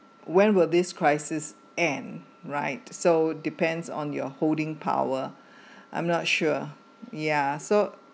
when will this crisis end right so depend on your holding power I'm not sure ya so